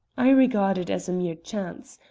i regard it as mere chance.